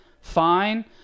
fine